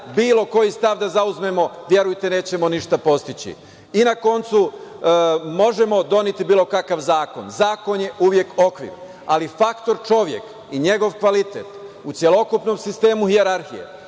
bilo koji stav da zauzmemo, verujte, nećemo ništa postići. Na koncu, možemo doneti bilo kakav zakon, zakon je uvek okvir, ali faktor čovek i njegov kvalitet u celokupnom sistemu hijerarhije,